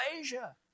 Asia